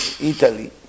Italy